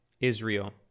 Israel